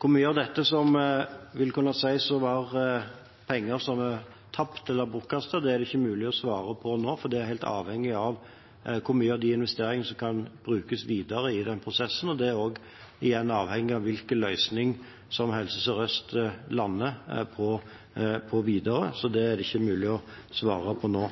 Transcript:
Hvor mye av dette som vil kunne sies å være penger som er tapt eller bortkastet, er det ikke mulig å svare på nå, for det er helt avhengig av hvor mye av disse investeringene som kan brukes videre i prosessen. Det er igjen avhengig av hvilken løsning Helse Sør-Øst videre lander på, så det er det ikke mulig å svare på nå.